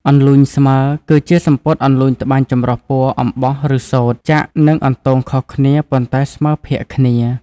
អន្លូញស្មើ គឺជាសំពត់អន្លូញត្បាញចម្រុះព័ណ៌អំបោះឬសូត្រ ចាក់និងអន្ទងខុសគ្នាប៉ុន្តែស្មើភាគគ្នា។